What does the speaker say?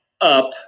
up